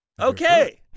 Okay